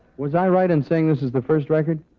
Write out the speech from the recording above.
was i right in saying this is the first record